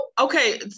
okay